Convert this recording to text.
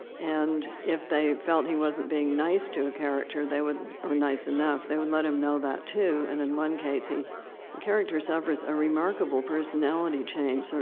and if they felt he wasn't being nice to a character, they would or nice enough they would let him know that too and in one case, he the character suffers a remarkable personality change,